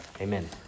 amen